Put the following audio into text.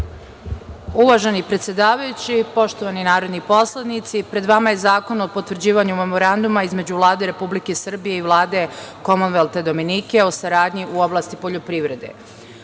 Uvaženi predsedavajući, poštovani narodni poslanici, pred vama je Zakon o potvrđivanju Memoranduma između Vlade Republike Srbije i Vlade Komonvelta Dominike o saradnji u oblasti poljoprivrede.U